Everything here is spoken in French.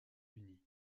unis